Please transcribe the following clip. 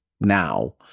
now